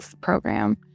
program